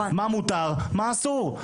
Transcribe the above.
מה מותר, מה אסור.